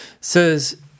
says